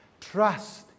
Trust